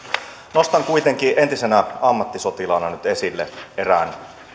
nostan kuitenkin entisenä ammattisotilaana nyt esille erään